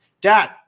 Dad